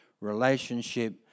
relationship